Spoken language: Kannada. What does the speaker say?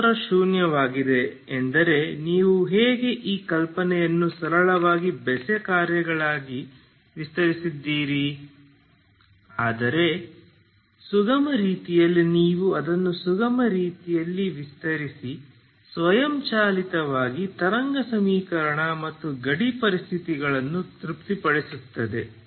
ಸ್ಥಳಾಂತರ ಶೂನ್ಯವಾಗಿದೆ ಎಂದರೆ ನೀವು ಹೇಗೆ ಈ ಕಲ್ಪನೆಯನ್ನು ಸರಳವಾಗಿ ಬೆಸ ಕಾರ್ಯಗಳಾಗಿ ವಿಸ್ತರಿಸುತ್ತಿದ್ದೀರಿ ಆದರೆ ಸುಗಮ ರೀತಿಯಲ್ಲಿ ನೀವು ಅದನ್ನು ಸುಗಮ ರೀತಿಯಲ್ಲಿ ವಿಸ್ತರಿಸಿ ಸ್ವಯಂಚಾಲಿತವಾಗಿ ತರಂಗ ಸಮೀಕರಣ ಮತ್ತು ಗಡಿ ಪರಿಸ್ಥಿತಿಗಳನ್ನು ತೃಪ್ತಿಪಡಿಸುತ್ತದೆ